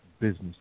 business